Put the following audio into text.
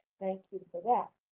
thank you for that.